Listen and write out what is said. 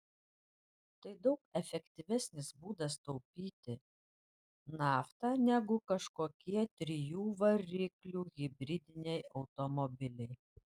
tai daug efektyvesnis būdas taupyti naftą negu kažkokie trijų variklių hibridiniai automobiliai